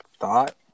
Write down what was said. thought